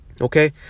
okay